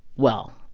well,